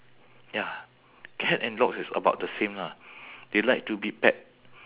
ya cat and dog it's about the same lah they like to be pet